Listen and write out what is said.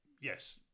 yes